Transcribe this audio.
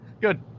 good